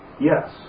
yes